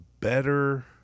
better